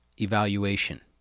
Evaluation